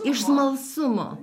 iš smalsumo